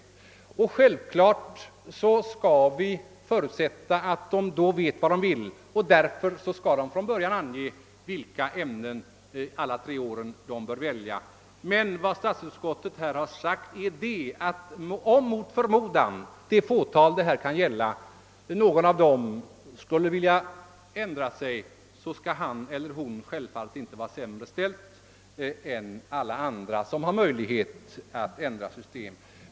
Givetvis skall vi räkna med att de vet vad de vill, och därför skall de från början ange vilka ämnen de ämnar välja under alla tre åren. Statsutskottet har emellertid uttalat att om någon — mot förmodan — av det fåtal det här kan gälla skulle vilja ändra sig, skall han eller hon självfallet inte vara sämre ställd än alla andra, som har möjlighet att byta linje.